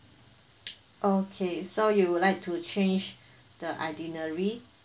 okay so you would like to change the itinerary